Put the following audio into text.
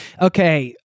Okay